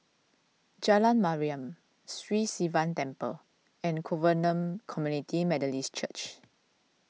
Jalan Mariam Sri Sivan Temple and Covenant Community Methodist Church